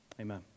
amen